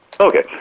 Okay